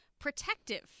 protective